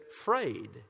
frayed